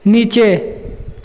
नीचे